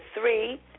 three